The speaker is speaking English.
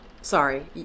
Sorry